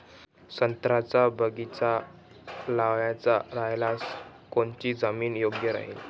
संत्र्याचा बगीचा लावायचा रायल्यास कोनची जमीन योग्य राहीन?